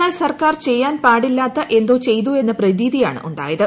എന്നാൽ സർക്കാർ ചെയ്യാൻ പാടില്ലാത്ത എന്തോ ചെയ്തു എന്ന പ്രതീതിയാണുണ്ടായത്